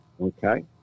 Okay